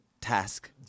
task